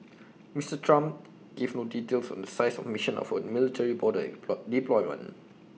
Mister Trump gave no details on the size or mission of A military border deployment